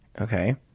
Okay